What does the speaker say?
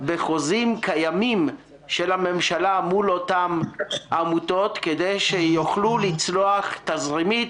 בחוזים קיימים של הממשלה מול אותן עמותות כדי שיוכלו לצלוח תזרימית